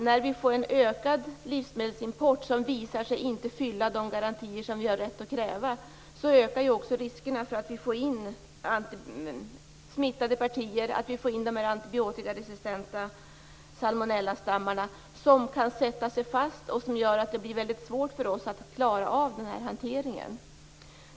När vi får en ökad livsmedelsimport som visar sig inte motsvara de garantier som vi har rätt att kräva ökar riskerna för att vi får in partier som är smittade med antibiotikaresistenta salmonellastammar. Om sådana sätter sig fast blir det väldigt svårt för oss att klara denna hantering.